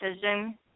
decision